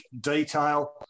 detail